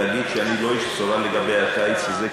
להגיד שאני לא איש בשורה לגבי הקיץ הזה,